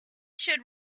should